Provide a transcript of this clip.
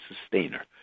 sustainer